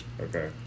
Okay